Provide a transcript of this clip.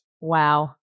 Wow